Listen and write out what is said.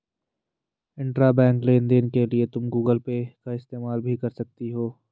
intrabank लेन देन के लिए तुम गूगल पे का इस्तेमाल भी कर सकती हो